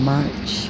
March